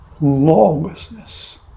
Lawlessness